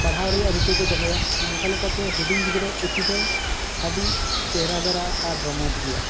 ᱯᱟᱲᱦᱟᱣ ᱨᱮᱭᱟᱜ ᱨᱤᱠᱟᱹ ᱠᱚ ᱫᱚᱦᱚᱭᱟ ᱱᱚᱝᱠᱟ ᱞᱮᱠᱟᱛᱮ ᱦᱩᱰᱤᱧ ᱜᱤᱫᱽᱨᱟᱹᱣᱟᱜ ᱯᱩᱛᱷᱤ ᱫᱚ ᱟᱹᱰᱤ ᱪᱮᱦᱨᱟ ᱫᱷᱟᱨᱟ ᱟᱨ ᱨᱚᱢᱚᱡᱽ ᱜᱤᱭᱟ